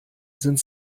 sind